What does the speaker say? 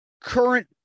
current